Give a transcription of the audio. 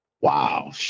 wow